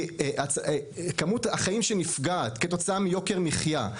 כי כמות החיים שנפגעת כתוצאה מיוקר המחייה,